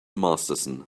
masterson